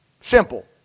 Simple